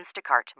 Instacart